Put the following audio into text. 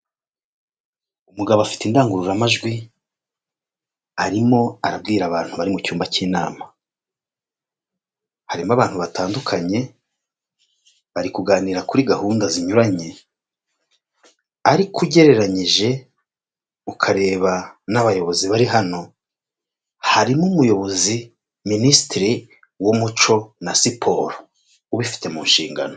Umugabo afite indangururamajwi arimo arabwira abantu bari mu cyumba cy'inama. Harimo abantu batandukanye, bari kuganira kuri gahunda zinyuranye. Ariko ugereranyije ukareba n' abayobozi bari hano, harimo umuyobozi minisitiri w' umuco na siporo. Ubifite mu nshingano.